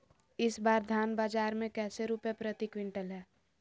इस बार धान बाजार मे कैसे रुपए प्रति क्विंटल है?